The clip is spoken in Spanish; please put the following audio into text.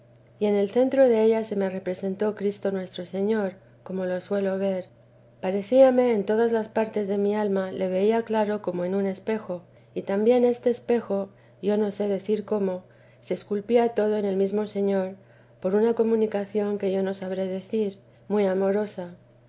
y en el centro della se me representó cristo nuestro señor como le suelo ver parecíame en todas las partes de mi alma le veía claro como en un espejo y también este espejo yo no sé decir cómo se esculpía todo en el mesmo señor por una comunicación que yo no sabré decir muy amorosa